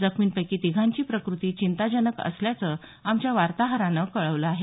जखमीपैंकी तिघांची प्रकृती चिंताजनक असल्याचं आमच्या वातोहरानं कळवलं आहे